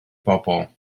bobol